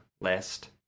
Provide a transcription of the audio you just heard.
list